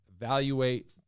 evaluate